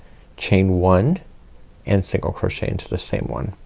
chain one and single crochet into the same one.